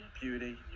beauty